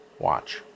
watch